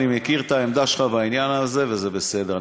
אני מכיר את העמדה שלך בעניין הזה וזה בסדר,